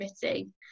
committee